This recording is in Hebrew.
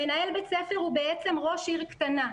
מנהל בית ספר הוא בעצם ראש עיר קטנה.